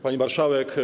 Pani Marszałek!